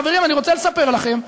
חברים, אני רוצה לספר לכם: